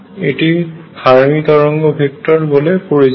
এটি ফার্মি তরঙ্গ ভেক্টর বলে পরিচিত